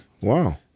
Wow